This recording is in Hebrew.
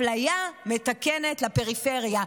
אפליה מתקנת לפריפריה.